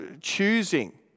choosing